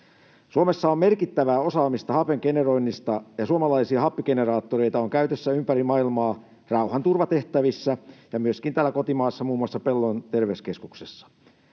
Suomessa on merkittävää osaamista hapen generoinnista, ja suomalaisia happigeneraattoreita on käytössä ympäri maailmaa rauhanturvatehtävissä ja myöskin täällä kotimaassa muun muassa Pellon terveyskeskuksessa.